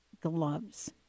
gloves